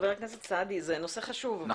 זה נושא חשוב,